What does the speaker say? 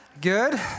Good